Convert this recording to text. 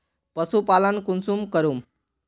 पशुपालन कुंसम करूम?